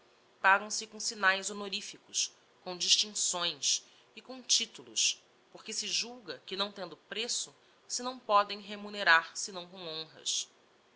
exemplo pagam se com signaes honorificos com distincções e com titulos porque se julga que não tendo preço se não podem remunerar senão com honras